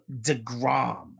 DeGrom